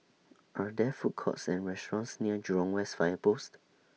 Are There Food Courts Or restaurants near Jurong West Fire Post